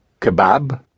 kebab